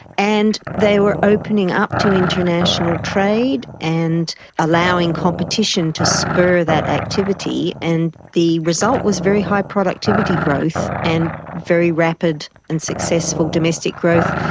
and they were opening up to international trade and allowing competition to spur that activity. and the result was very high productivity growth and very rapid and successful domestic growth.